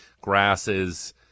grasses